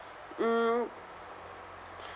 mm